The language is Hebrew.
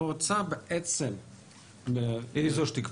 המועצה -- היא זאת שתקבע.